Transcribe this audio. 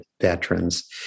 veterans